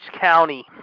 County